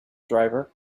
driver